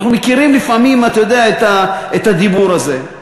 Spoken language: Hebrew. אנחנו מכירים לפעמים, אתה יודע, את הדיבור הזה.